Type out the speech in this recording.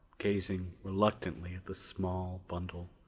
gazing reluctantly at the small bundle,